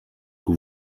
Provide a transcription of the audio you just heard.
que